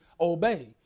obey